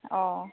अ'